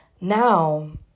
now